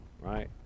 right